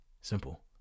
simple